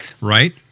right